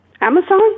Amazon